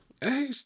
hey